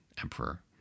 emperor